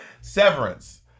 Severance